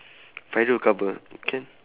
fairul cover okay